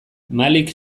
malik